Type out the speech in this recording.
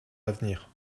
l’avenir